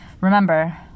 remember